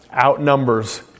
outnumbers